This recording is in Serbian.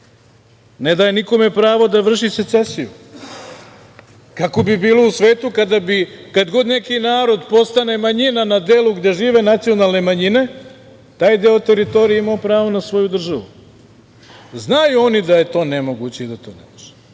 ne daje nikome pravo da vrši secesiju. Kako bi bilo u svetu kad bi god neki narod postane manjina na delu gde žive nacionalne manjine, taj deo teritorije imao pravo na svoju državu? Znaju oni da je to nemoguće i da to ne može.